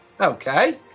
Okay